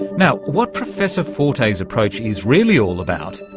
now, what professor forte's approach is really all about,